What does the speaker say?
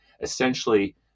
essentially